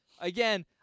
again